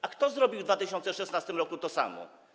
A kto zrobił w 2016 r. to samo?